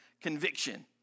conviction